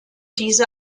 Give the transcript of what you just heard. diese